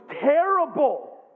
terrible